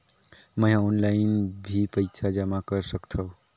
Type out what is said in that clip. मैं ह ऑनलाइन भी पइसा जमा कर सकथौं?